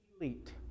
elite